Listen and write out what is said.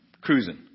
cruising